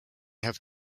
have